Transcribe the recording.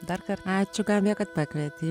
dar kartą ačiū gabija kad pakvietei